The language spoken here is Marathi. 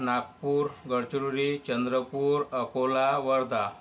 नागपूर गडचिरोली चंद्रपूर अकोला वर्धा